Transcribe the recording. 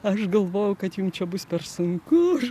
aš galvojau kad jums čia bus per sunku